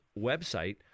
website